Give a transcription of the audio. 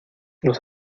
los